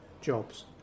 jobs